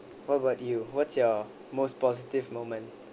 what about you what's your most positive moment